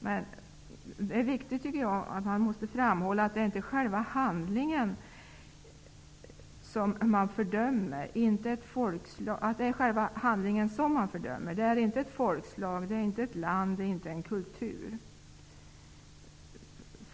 Men det är viktigt att framhålla att det är själva handlingen man fördömer och inte ett folkslag, ett land eller en kultur.